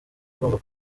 agomba